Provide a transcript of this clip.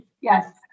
yes